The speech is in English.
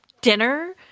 dinner